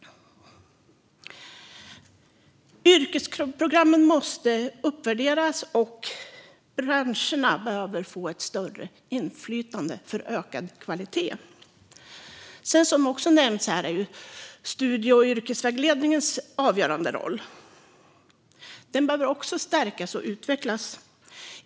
Yrkesprogrammen måste därför uppvärderas, och branscherna behöver få ett större inflytande för ökad kvalitet. Studie och yrkesvägledningens avgörande roll har också nämnts, och den behöver stärkas och utvecklas.